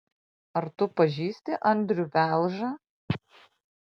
ar tu pažįsti andrių velžą